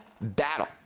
battle